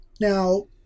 Now